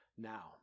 Now